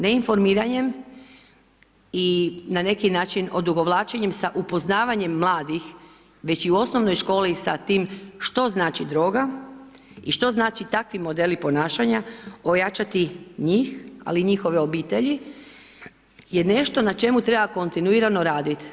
Neinformiranjem i na neki način odugovlačenjem sa upoznavanjem mladih već i u osnovnoj školi sa time što znači droga i što znače takvi modeli ponašanja, ojačati njih ali i njihove obitelji je nešto na čemu treba kontinuirano raditi.